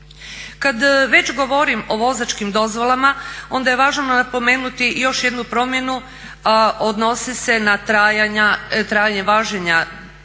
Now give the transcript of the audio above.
Kada već govorim o vozačkim dozvolama onda je važno napomenuti i još jednu promjenu a odnosi se na trajanje važenja